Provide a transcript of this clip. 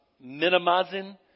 minimizing